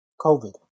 COVID